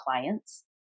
clients